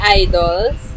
idols